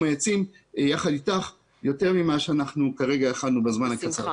העצים יחד אתך יותר מכפי שיכולנו לעשות עכשיו בזמן הקצר.